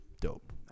dope